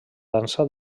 dansa